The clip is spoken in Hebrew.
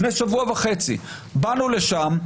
לפני שבוע וחצי באנו לשם,